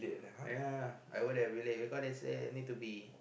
ya ya ya I would have been late because they say need to be